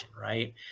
right